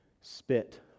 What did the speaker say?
spit